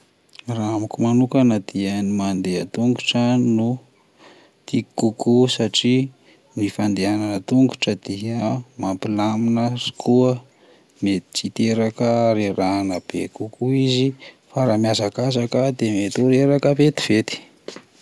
Raha amiko manokana dia ny mandeha tongotra no tiako kokoa satria ny fandehanana tongotra dia mampilamina, ary koa mety tsy hiteraka harerahana be kokoa izy, fa raha mihazakazaka de mety ho reraka vetivety.